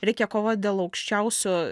reikia kovot dėl aukščiausių